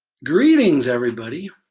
greetings everybody